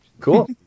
Cool